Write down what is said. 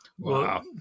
wow